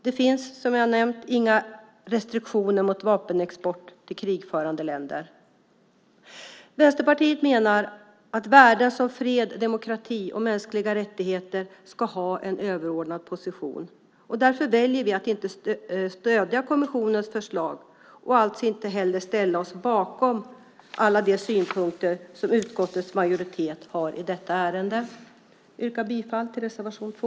Det finns, som jag har nämnt, inga restriktioner mot vapenexport till krigförande länder. Vänsterpartiet menar att värden som fred, demokrati och mänskliga rättigheter ska ha en överordnad position. Därför väljer vi att inte stödja kommissionens förslag och alltså inte heller ställa oss bakom alla de synpunkter som utskottets majoritet har i detta ärende. Jag yrkar bifall till reservation 2.